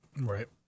Right